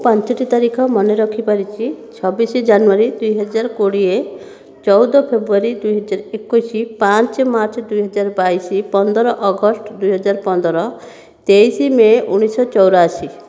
ପାଞ୍ଚୋଟି ତାରିଖ ମନେ ରଖିପାରିଛି ଛବିଶ ଜାନୁଆରୀ ଦୁଇହଜାର କୋଡ଼ିଏ ଚଉଦ ଫେବୃଆରୀ ଦୁଇହଜାର ଏକୋଇଶି ପାଞ୍ଚ ମାର୍ଚ୍ଚ ଦୁଇହଜାର ବାଇଶ ପନ୍ଦର ଅଗଷ୍ଟ ଦୁଇହଜାର ପନ୍ଦର ତେଇଶ ମେ' ଉଣେଇଶହ ଚଉରାଅଶୀ